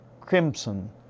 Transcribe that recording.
crimson